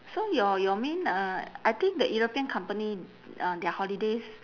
so your your main uh I think the european company uh their holidays